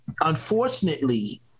unfortunately